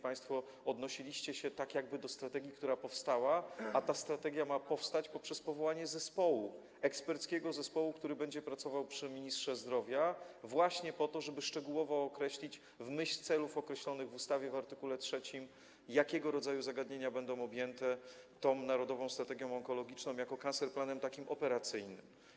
Państwo odnosiliście się tak jakby do strategii, która powstała, a ta strategia ma powstać poprzez powołanie zespołu, eksperckiego zespołu, który będzie pracował przy ministrze zdrowia właśnie po to, żeby szczegółowo określić w myśl celów określonych w ustawie w art. 3, jakiego rodzaju zagadnienia będą objęte tą Narodową Strategią Onkologiczną jako cancer planem takim operacyjnym.